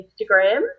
Instagram